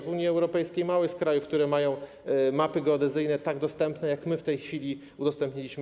W Unii Europejskiej mało jest krajów, które mają mapy geodezyjne tak dostępne, jak te, które w tej chwili udostępniliśmy.